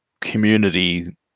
community